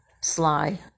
sly